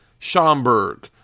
Schomburg